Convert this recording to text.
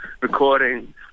recording